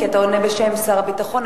כי אתה עונה בשם שר הביטחון,